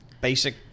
basic